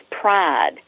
pride